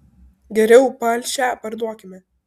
geriau palšę parduokime